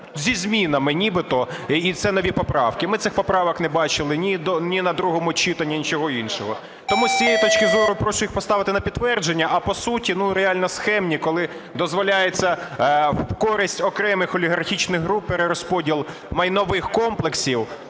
зі змінами нібито, і це нові поправки. Ми цих поправок не бачили ні на другому читанні, нічого іншого. Тому з цієї точки зору прошу їх поставити на підтвердження. А по суті, ну, реально схемні, коли дозволяється в користь окремих олігархічних груп перерозподіл майнових комплексів,